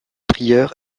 prieur